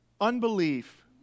Unbelief